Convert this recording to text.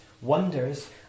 wonders